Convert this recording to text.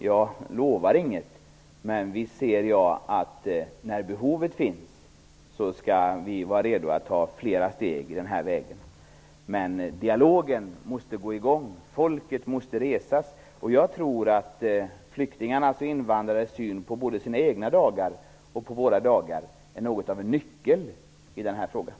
Jag lovar inget, men visst skall vi vara redo att ta steg i den här riktningen när det visar sig att behovet finns. Dialogen måste ändå komma i gång. Folket måste resas. Jag tror att flyktingars och invandrares syn på både sina egna nationaldagar och vår nationaldag är något av en nyckel i det här sammanhanget.